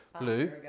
blue